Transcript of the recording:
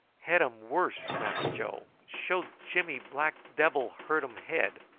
head um worse, mass joe! show jimmy black debble hurt um head.